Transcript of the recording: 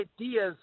ideas